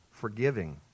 forgiving